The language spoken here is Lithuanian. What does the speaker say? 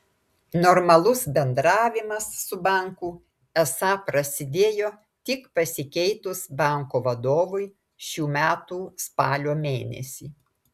normalus bendravimas su banku esą prasidėjo tik pasikeitus banko vadovui šių metų spalio mėnesį